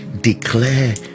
declare